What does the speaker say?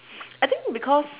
I think because